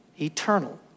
eternal